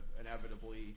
inevitably –